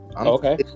Okay